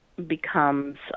becomes